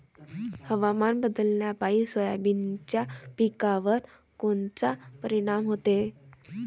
हवामान बदलापायी सोयाबीनच्या पिकावर कोनचा परिणाम होते?